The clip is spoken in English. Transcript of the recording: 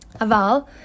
aval